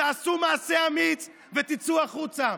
תעשו מעשה אמיץ ותצאו החוצה.